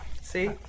See